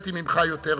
שלמדתי ממך יותר מדי,